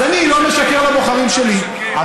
אז אני לא משקר לבוחרים שלי.